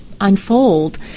unfold